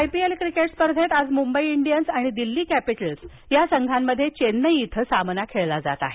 IPL cricket स्पर्धेत आज Mumbai Indians आणि दिल्ली कॅपिटल्स या संघात चेन्नई इथं सामना खेळला जात आहे